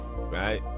Right